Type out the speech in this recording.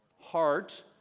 heart